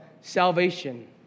salvation